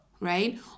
right